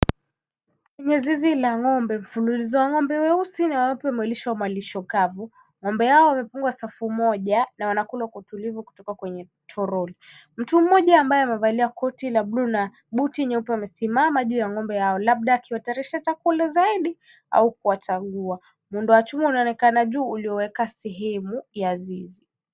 Kwenye zizi la ng'ombe, mfululizo wa ng'ombe weusi na weupe wanalishwa wa malisho kavu. Ng'ombe hao wamefungwa safu moja, na wanakula kwa utulivu kutoka kwenye toroli. Mtu mmoja ambaye amevalia koti la bluu na buti nyeupe amesimama juu ya ngombe hao, labda akiwatayarisha chakula zaidi, au kuwachagua. Muundo wa chuma unaonekana juu ulioweka sehemu ya zizi.